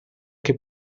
che